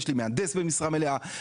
יש לי מהנדס במשרה מלאה,